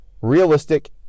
realistic